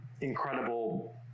incredible